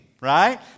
right